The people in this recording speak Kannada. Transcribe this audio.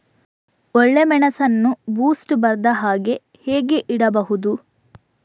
ಒಳ್ಳೆಮೆಣಸನ್ನು ಬೂಸ್ಟ್ ಬರ್ದಹಾಗೆ ಹೇಗೆ ಇಡಬಹುದು?